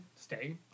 stay